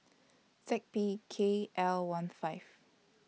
Z P K L one five